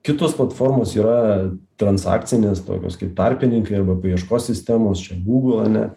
kitos platformos yra transakcinės tokios kaip tarpininkai arba paieškos sistemos čia google ane